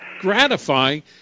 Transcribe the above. gratifying